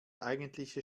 eigentliche